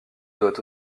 doit